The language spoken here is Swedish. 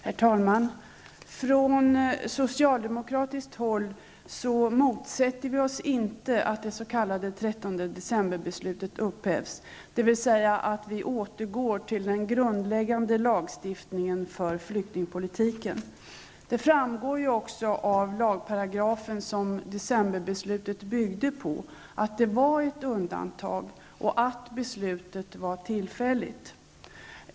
Herr talman! Från socialdemokratiskt håll motsätter vi oss inte att det s.k. 13 decemberbeslutet upphävs, dvs. att man återgår till den grundläggande lagstiftningen för flyktingpolitiken. Det framgår också av den lagparagraf som 13 december-beslutet byggde på att det var ett undantag och att beslutet var tillfälligt.